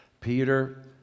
Peter